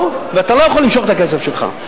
לא, ואתה לא יכול למשוך את הכסף שלך.